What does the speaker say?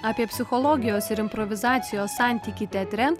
apie psichologijos ir improvizacijos santykį teatre